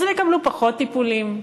אז הם יקבלו פחות טיפולים,